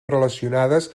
relacionades